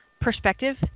perspective